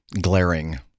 glaring